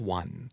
one